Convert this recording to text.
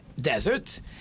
desert